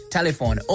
Telephone